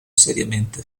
seriamente